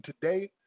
today